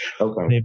Okay